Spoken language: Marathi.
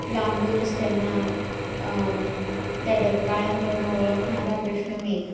लांबूनच त्यांना त्या डरकाळ्यांवरनं ओळखणारा कृष्णमेघ